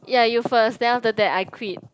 ya you first then after that I quit